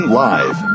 live